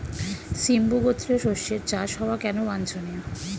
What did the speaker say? সিম্বু গোত্রীয় শস্যের চাষ হওয়া কেন বাঞ্ছনীয়?